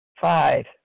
Five